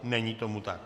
Není tomu tak.